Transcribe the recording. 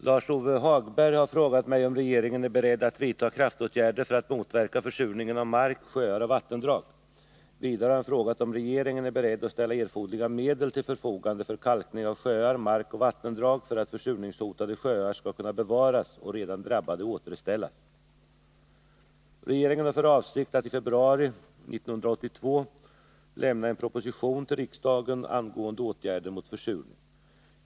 Herr talman! Lars-Ove Hagberg har frågat mig om regeringen är beredd att vidta kraftåtgärder för att motverka försurningen av mark, sjöar och vattendrag. Vidare har han frågat om regeringen är beredd att ställa erforderliga medel till förfogande för kalkning av sjöar, mark och vattendrag för att försurningshotade sjöar skall kunna bevaras och redan drabbade återställas. Regeringen har för avsikt att i februari år 1982 lämna en proposition till riksdagen angående åtgärder mot försurning.